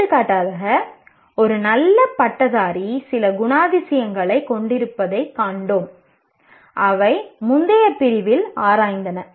எடுத்துக்காட்டாக ஒரு நல்ல பட்டதாரி சில குணாதிசயங்களைக் கொண்டிருப்பதைக் கண்டோம் அவை முந்தைய பிரிவில் ஆராயப்பட்டன